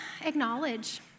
acknowledge